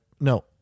no